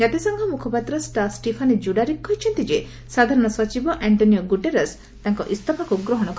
ଜାତିସଂଘ ମୁଖପାତ୍ର ଷ୍ଟା ଷ୍ଟିଫାନେ ଡୁଜାରିକ୍ କହିଛନ୍ତି ଯେ ସାଧାରଣ ସଚିବ ଆଷ୍ଟ୍ରୋନିଓ ଗୁଟେରସ୍ ତାଙ୍କ ଇସଫାକୁ ଗ୍ରହଣ କରିଚ୍ଛନ୍ତି